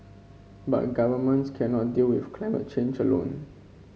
but governments cannot deal with climate change alone